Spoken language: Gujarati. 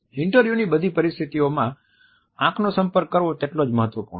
ઇન્ટરવ્યૂની બધી પરિસ્થિતિઓમાં આંખનો સંપર્ક કરવો તેટલું જ મહત્વપૂર્ણ છે